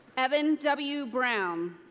evan w. brown.